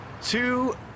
Two